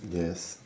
yes